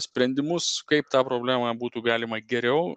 sprendimus kaip tą problemą būtų galima geriau